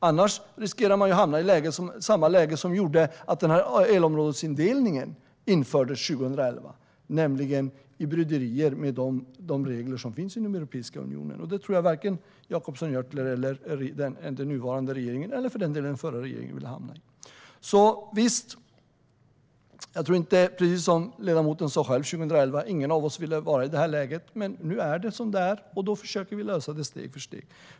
Annars riskerar man att hamna i samma läge som gjorde att elområdesindelningen infördes 2011, nämligen i bryderier med Europeiska unionens regler. Det tror jag att varken Jonas Jacobsson Gjörtler eller den nuvarande regeringen - eller för den delen den förra regeringen - vill hamna i. När detta skedde år 2011 ville ingen av oss hamna i det här läget, som ledamoten själv sa. Men nu är det som det är, och vi försöker lösa det steg för steg.